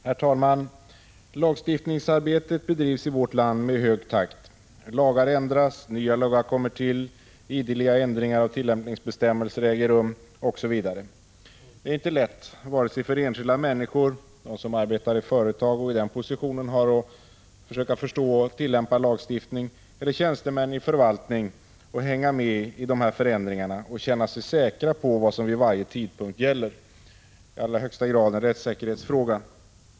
Herr talman! Lagstiftningsarbetet i vårt land bedrivs med hög takt. Lagar ändras, nya lagar kommer till, och ideliga ändringar av tillämpningsbestämmelser äger rum osv. Det är inte lätt vare sig för enskilda människor, för dem som arbetar i företag och i denna position har att försöka förstå och tillämpa lagstiftningen, eller för tjänstemän i förvaltning att hänga med i dessa förändringar och känna sig säkra på vad som vid varje tidpunkt gäller. Det är i allra högsta grad en rättssäkerhetsfråga.